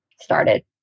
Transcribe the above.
started